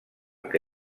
que